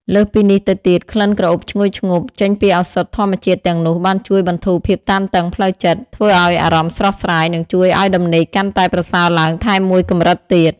លើសពីនេះទៅទៀត ក្លិនក្រអូបឈ្ងុយឈ្ងប់ចេញពីឱសថធម្មជាតិទាំងនោះបានជួយបន្ធូរភាពតានតឹងផ្លូវចិត្ត ធ្វើឲ្យអារម្មណ៍ស្រស់ស្រាយ និងជួយឲ្យដំណេកកាន់តែប្រសើរឡើងថែមមួយកម្រិតទៀត។